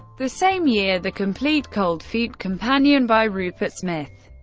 the same year, the complete cold feet companion by rupert smith,